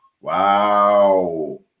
Wow